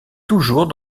toujours